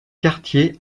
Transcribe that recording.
quartier